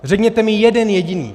Řekněte mi jeden jediný.